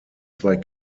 zwei